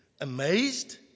amazed